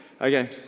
Okay